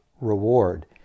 reward